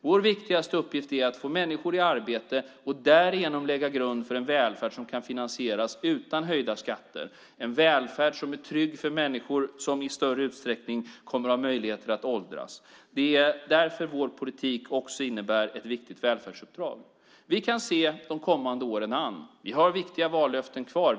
Vår viktigaste uppgift är att få människor i arbete och därigenom lägga grund för en välfärd som kan finansieras utan höjda skatter, en välfärd som är trygg för människor som i större utsträckning kommer att ha möjligheter till en god ålderdom. Det är därför som vår politik också innebär ett viktigt välfärdsuppdrag. Vi kan se de kommande åren an. Vi har viktiga vallöften kvar.